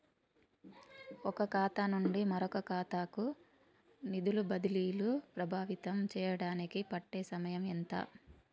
ఒక ఖాతా నుండి మరొక ఖాతా కు నిధులు బదిలీలు ప్రభావితం చేయటానికి పట్టే సమయం ఎంత?